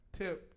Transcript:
tip